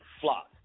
Flock